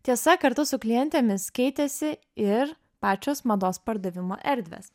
tiesa kartu su klientėmis keitėsi ir pačios mados pardavimo erdvės